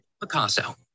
Picasso